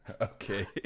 Okay